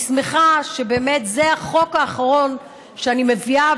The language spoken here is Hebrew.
אני שמחה שהחוק האחרון שאני מביאה